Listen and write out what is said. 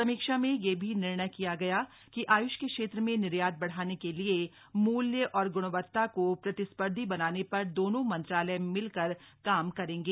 समीक्षा में यह भी निर्णय किया गया कि आय्ष के क्षेत्र में निर्यात बढ़ाने के लिए मूल्य और गुणवत्ता को प्रतिस्पर्धी बनाने पर दोनों मंत्रालय मिलकर काम करेंगे